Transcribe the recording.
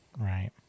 Right